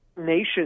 nations